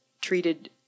treated